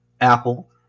Apple